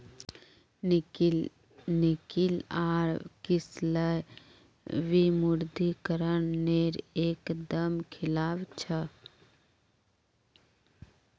निकिल आर किसलय विमुद्रीकरण नेर एक दम खिलाफ छे